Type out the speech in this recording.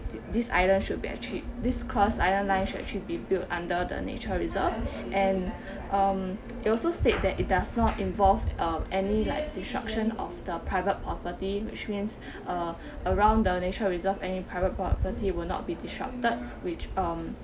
this island should be a this cross island line should actually be built under the nature reserve and um it also state that it does not involve uh any like destruction of the private property which means uh around the nature reserve any private property will not be disrupted which um